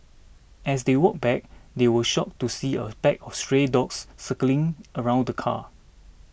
as they walked back they were shocked to see a pack of stray dogs circling around the car